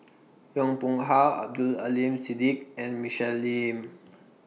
Yong Pung How Abdul Aleem Siddique and Michelle Lim